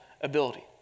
ability